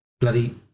bloody